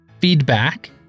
feedback